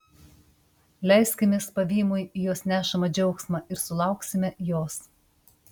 leiskimės pavymui į jos nešamą džiaugsmą ir sulauksime jos